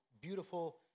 beautiful